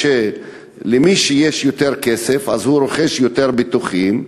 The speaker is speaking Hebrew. מי שיש לו יותר כסף רוכש יותר ביטוחים,